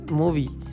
movie